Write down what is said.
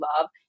love